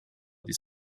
this